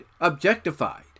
objectified